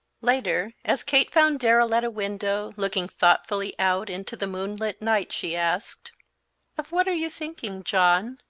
later, as kate found darrell at a window, looking thoughtfully out into the moonlit night, she asked of what are you thinking, john?